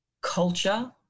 culture